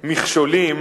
ומכשולים,